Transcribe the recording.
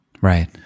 Right